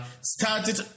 started